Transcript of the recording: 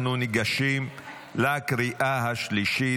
אנחנו ניגשים לקריאה השלישית.